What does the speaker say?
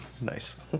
Nice